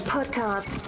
Podcast